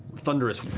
thunderous